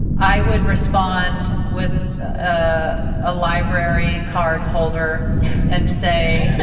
i would respond with a ah library card holder and say,